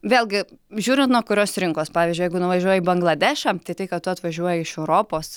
vėlgi žiūrint nuo kurios rinkos pavyzdžiui jeigu nuvažiuoji į bangladešą tai tai kad tu atvažiuoji iš europos